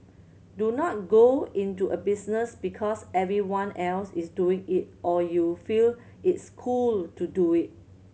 do not go into a business because everyone else is doing it or you feel it's cool to do it